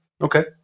Okay